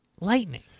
lightning